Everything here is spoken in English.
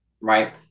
right